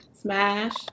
Smash